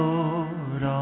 Lord